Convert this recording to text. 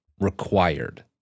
required